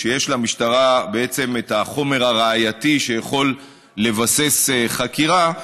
כשיש למשטרה בעצם את החומר הראייתי שיכול לבסס חקירה,